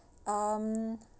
um